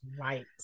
Right